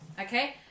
okay